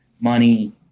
money